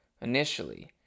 initially